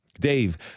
Dave